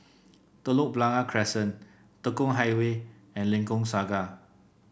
Telok Blangah Crescent Tekong Highway and Lengkok Saga